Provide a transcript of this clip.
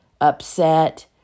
upset